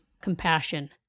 Compassion